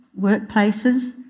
workplaces